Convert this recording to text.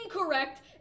incorrect